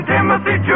Timothy